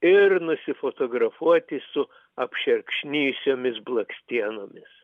ir nusifotografuoti su apšerkšnijusiomis blakstienomis